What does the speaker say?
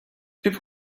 people